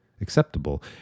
acceptable